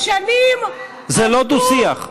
זה לא דו-שיח.